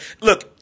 look